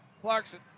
Clarkson